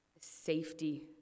safety